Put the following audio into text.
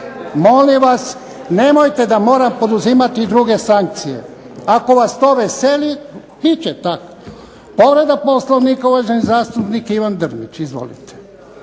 Molim vas nemojte da moram poduzimati i druge sankcije, ako vas to veseli bit će tak. Povreda Poslovnika uvaženi zastupnik Ivan Drmić. Izvolite.